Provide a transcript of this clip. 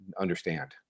understand